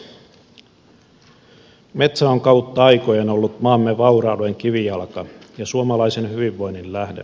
metsä on kautta aikojen ollut maamme vaurauden kivijalka ja suomalaisen hyvinvoinnin lähde